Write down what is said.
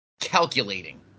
calculating